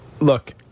Look